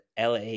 LA